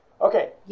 Okay